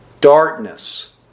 darkness